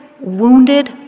wounded